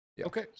Okay